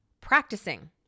practicing